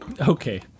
okay